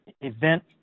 event